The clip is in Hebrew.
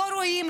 לא רואים,